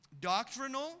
doctrinal